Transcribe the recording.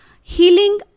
healing